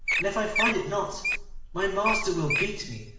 and if i find it not my master will beat me,